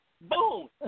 Boom